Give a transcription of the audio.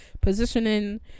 positioning